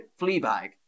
Fleabag